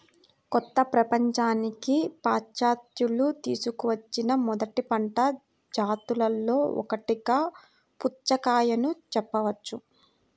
కొత్త ప్రపంచానికి పాశ్చాత్యులు తీసుకువచ్చిన మొదటి పంట జాతులలో ఒకటిగా పుచ్చకాయను చెప్పవచ్చు